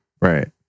right